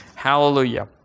Hallelujah